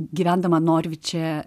gyvendama noriu čia